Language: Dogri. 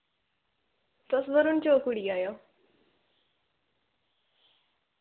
तुस वरुण चौक उठी आयो